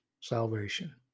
salvation